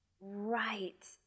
Right